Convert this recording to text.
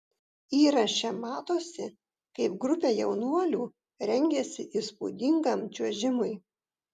įraše matosi kaip grupė jaunuolių rengiasi įspūdingam čiuožimui